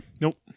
Nope